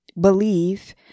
believe